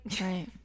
Right